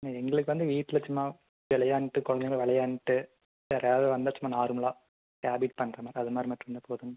எங்களுக்கு வந்து வீட்டில் சும்மா விளையாண்ட்டு குழந்தைங்க விளையாண்ட்டு யாராவது வந்தால் சும்மா நார்மலாக ஹாபிட் பண்ற அதுமாதிரி மட்டும் இருந்தால் போதுங்க